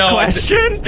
question